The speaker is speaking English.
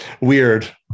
Weird